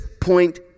point